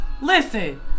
listen